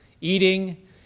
eating